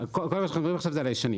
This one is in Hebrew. כל מה שאנחנו מדברים עכשיו זה על הישנים.